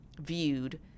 viewed